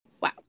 wow